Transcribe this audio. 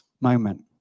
moment